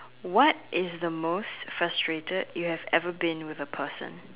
what is the most frustrated you have ever been with a person